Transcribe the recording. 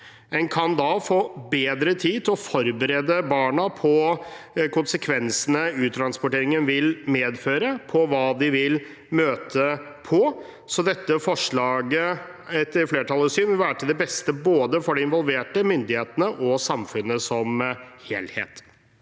En kan da få bedre tid til å forberede barna på konsekvensene uttransporteringen vil medføre, og på hva de vil møte på. Dette forslaget vil etter flertallets syn være til det beste for både de involverte, myndighetene og samfunnet som helhet.